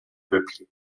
peuplée